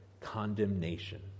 condemnation